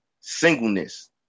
singleness